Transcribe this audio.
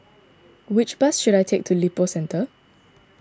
which bus should I take to Lippo Centre